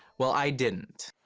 well, i didn't.